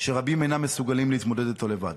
שרבים אינם מסוגלים להתמודד איתו לבד.